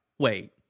Wait